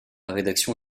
rédaction